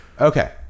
Okay